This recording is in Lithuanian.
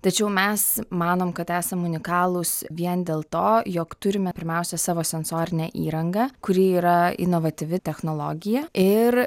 tačiau mes manom kad esam unikalūs vien dėl to jog turime pirmiausia savo sensorinę įrangą kuri yra inovatyvi technologija ir